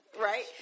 Right